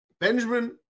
Benjamin